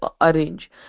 arrange